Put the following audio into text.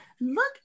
Look